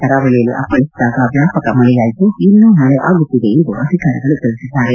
ಕರಾವಳಿಯಲ್ಲಿ ಅಪ್ಪಳಿಸಿದಾಗ ವ್ಯಾಪಕ ಮಳೆಯಾಯಿತು ಇನ್ನೂ ಚಂಡಮಾರುತ ಮಳೆಯಾಗುತ್ತಿದೆ ಎಂದು ಅಧಿಕಾರಿಗಳು ತಿಳಿಸಿದ್ದಾರೆ